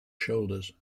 shoulders